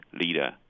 leader